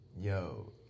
yo